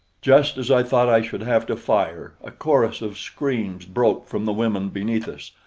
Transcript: just as i thought i should have to fire, a chorus of screams broke from the women beneath us.